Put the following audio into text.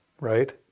right